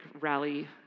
rally